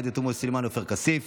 עאידה תומא סלימאן, עופר כסיף